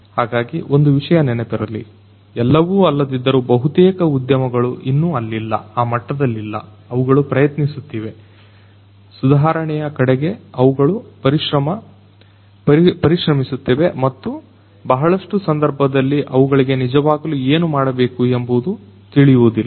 ಹಾಗಾಗಿ ಒಂದು ವಿಷಯ ನೆನಪಿರಲಿ ಎಲ್ಲವೂ ಅಲ್ಲದಿದ್ದರೂ ಬಹುತೇಕ ಉದ್ಯಮಗಳು ಇನ್ನು ಅಲ್ಲಿಲ್ಲ ಅವುಗಳು ಪ್ರಯತ್ನಿಸುತ್ತಿವೆ ಸುಧಾರಣೆಯ ಕಡೆಗೆ ಅವುಗಳು ಪರಿಶ್ರಮಿಸುತ್ತಿವೆ ಮತ್ತು ಬಹಳಷ್ಟು ಸಂದರ್ಭದಲ್ಲಿ ಅವುಗಳಿಗೆ ನಿಜವಾಗಲೂ ಏನು ಮಾಡಬೇಕು ಎಂಬುದು ತಿಳಿಯುವುದಿಲ್ಲ